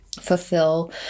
fulfill